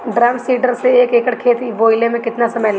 Drum seeder से एक एकड़ खेत बोयले मै कितना समय लागी?